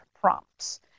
prompts